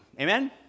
Amen